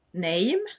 Name